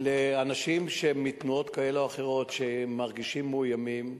לאנשים מתנועות כאלה ואחרות שמרגישים מאוימים,